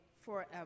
forever